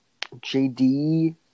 JD